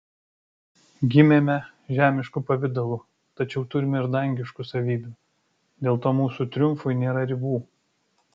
gimėme žemišku pavidalu tačiau turime ir dangiškų savybių dėl to mūsų triumfui nėra ribų